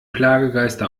plagegeister